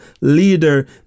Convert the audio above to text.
leader